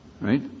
right